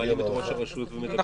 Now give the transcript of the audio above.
מעלים את ראש הרשות ומדברים,